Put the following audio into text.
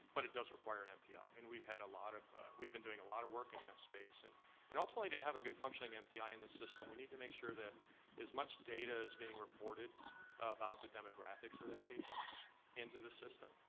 but it does require an mpi, and we've had a lot of, we've been doing a lot of work in that space. and and ultimately to have a good functioning mpi in the system, we need to make sure that as much data is being reported about the demographics of that patient into the system.